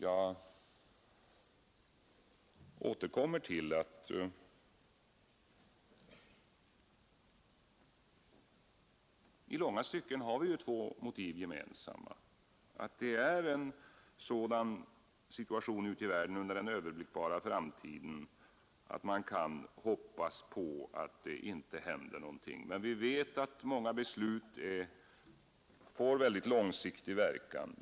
Jag återkommer till att vi i långa stycken har två motiv gemensamma. Situationen ute i världen under den överblickbara framtiden är sådan att man kan hoppas att det inte händer något, men vi vet att många beslut får mycket långsiktig verkan.